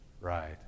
right